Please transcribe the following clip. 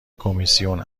کمیسیون